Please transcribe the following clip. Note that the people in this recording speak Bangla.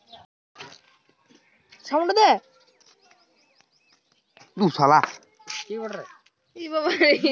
রাবার টেকলোলজি বা পরযুক্তি হছে ইকট ধরলকার বৈগ্যালিক শিখ্খা